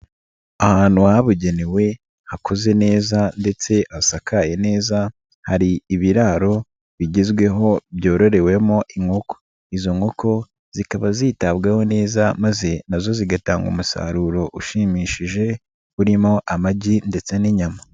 Ahantu habugenewe, hakoze neza ndetse hasakaye neza, hari ibiraro bigezweho byororewemo inkoko. Izo nkoko zikaba zitabwaho neza maze na zo zigatanga umusaruro ushimishije, urimo amagi ndetse n'inyama.